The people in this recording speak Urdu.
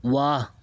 واہ